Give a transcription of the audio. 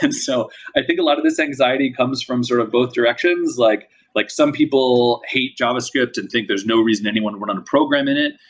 and so i think a lot of this anxiety comes from sort of both directions. like like some people hate javascript and think there's no reason anyone running a program in it,